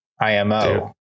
IMO